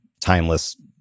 timeless